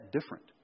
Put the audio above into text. different